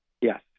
Yes